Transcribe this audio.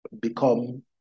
become